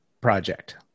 project